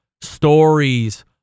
stories